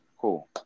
cool